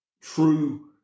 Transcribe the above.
true